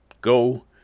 go